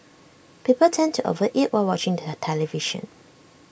people tend to over eat while watching the television